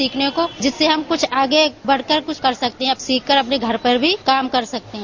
सीखने को जिससे हम कुछ आगे बढ़कर कुछ कर सकते हैं सीख कर अपने घर पर भी काम कर सकते हैं